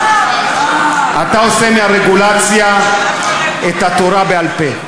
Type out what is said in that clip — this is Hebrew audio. אתה עושה מהרגולציה את התורה בעל-פה.